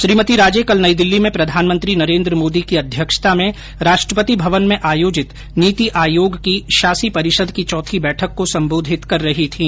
श्रीमती राजे कल नई दिल्ली में प्रधानमंत्री नरेन्द्र मोदी की अध्यक्षता में राष्ट्रपति भवन में आयोजित नीति आयोग की शाषी परिषद की चौथी बैठक को सम्बोधित कर रही थीं